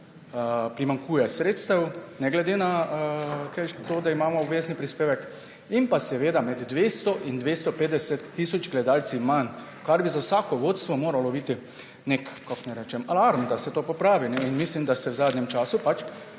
primanjkuje sredstev ne glede na to, da imamo obvezni prispevek, in pa seveda med 200 in 250 tisoč gledalcev manj, kar bi za vsako vodstvo moral biti alarm, da se to popravi. Mislim, da se v zadnjem času pod